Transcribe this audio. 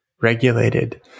regulated